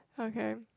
okay